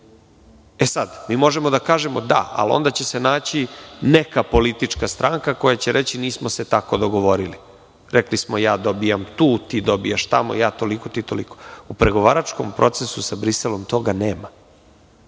mi možemo da kažemo – da, ali onda će se naći neka politička stranka koja će reći – nismo se tako dogovorili, rekli smo – ja dobijam tu, ti dobijaš tamo, ja toliko, ti toliko. U pregovaračkom procesu sa Briselom toga nema.